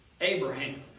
Abraham